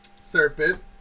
Serpent